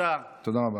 תודה רבה.